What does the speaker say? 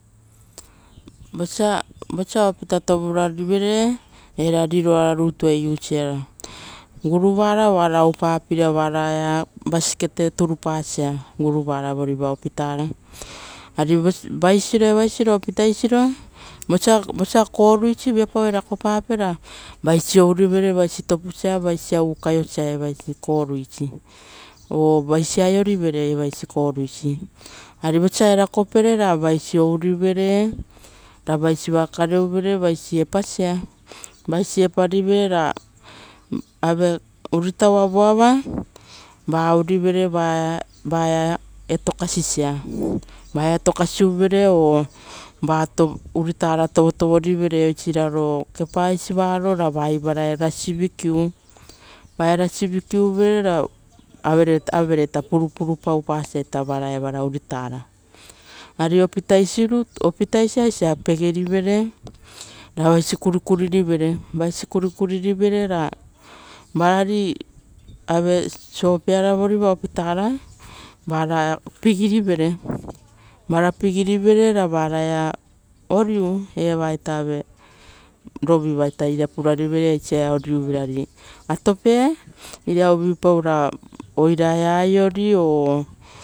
Vosa, vosa apitato vurarivere, era riroara rutue usiara kovoara, guruvara oara oupapeira oaraia pekuri turupasa auruvara voriva opitara ari vosa vaisiro evaisiro opitaisiro. vosa vosa, koruis viapau evakopape ra vaisi ourive vais topusa vaisia ukaiosa evaisi karuisi, a vaisi aiorive evaisi koruisi ari vosa erakope ra vaisi orivere ra vaisiva kareuvere vaisi epapa, vaisi eparivere ra ave uritaua voava va ourivere vaia etokasisa. Vaia etokasiuvere or va tovo, uritara tovotovorivere oisiraro kepa isivaro ra va ivaraia rasi vikiu, vaia rasi- vikiuvere arereita purupure paupa saita varaita evara uritara. Ari opitasi rutu opitasi aisa pegerivere ra vaisi kuririvere ra vari sopeara varaia pigirivere ra vavai-a oriu evaieta a rovia, ari atope uriaia uvuivu pau ra oirara aiori o